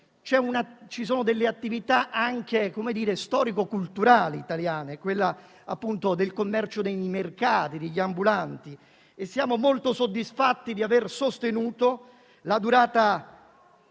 ci sono anche delle attività storico-culturali italiane, ad esempio quella del commercio dei mercati, degli ambulanti. Siamo molto soddisfatti di aver sostenuto la durata